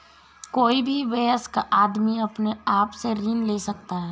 कोई भी वयस्क आदमी अपने आप से ऋण ले सकता है